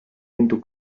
into